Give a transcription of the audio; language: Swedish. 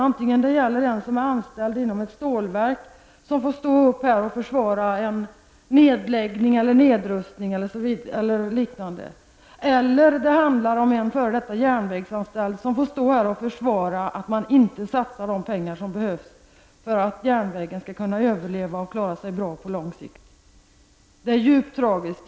Det kan gälla en anställd i ett stålverk, som får stå upp och försvara nedläggning eller nedrustning. Eller det kan handla om en f.d. järnvägsanställd, som får stå här och försvara att man inte satsar de pengar som behövs för att järnvägen skall kunna överleva och klara sig på lång sikt. Det är djupt tragiskt.